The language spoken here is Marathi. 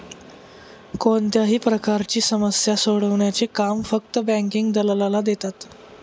कोणत्याही प्रकारची समस्या सोडवण्याचे काम फक्त बँकिंग दलालाला देतात